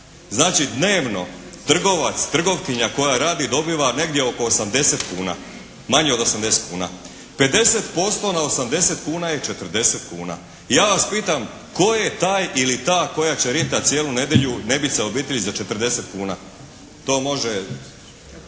znači dnevno trgovac, trgovkinja koja radi dobiva negdje oko 80 kuna, manje od 80 kuna. 50% na 80 kuna je 40 kuna. I ja vas pitam koji je taj ili ta koja će rintati cijelu nedjelju ne biti sa obitelji za 40 kuna. To može